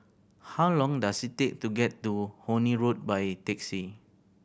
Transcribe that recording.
how long does it take to get to Horne Road by taxi